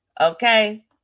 okay